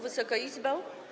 Wysoka Izbo!